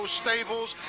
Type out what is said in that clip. stables